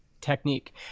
technique